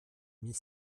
mis